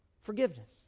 Forgiveness